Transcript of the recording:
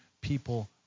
people